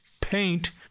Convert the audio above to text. paint